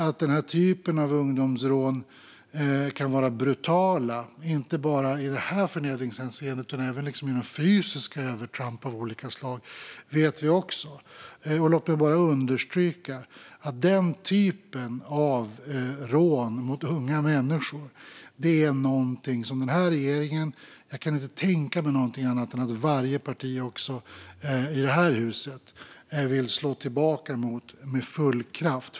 Att ungdomsrån av den typen kan vara brutala, inte bara i förnedringshänseende utan även i form av fysiska övertramp av olika slag, vet vi också. Låt mig bara understryka att den typen av rån mot unga människor är någonting som regeringen - och jag kan inte tänka mig annat än att det också gäller varje parti i det här huset - vill slå tillbaka mot med full kraft.